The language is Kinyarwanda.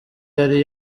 yari